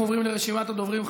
אנחנו עוברים לרשימת הדוברים.